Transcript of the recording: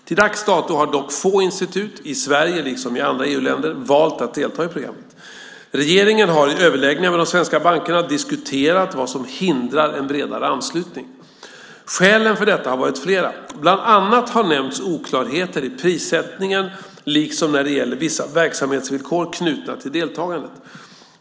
Till dags dato har dock få institut - i Sverige liksom i andra EU-länder - valt att delta i programmet. Regeringen har i överläggningar med de svenska bankerna diskuterat vad som hindrat en bredare anslutning. Skälen för detta har varit flera. Bland annat har nämnts oklarheter i prissättningen liksom när det gäller vissa verksamhetsvillkor knutna till deltagandet.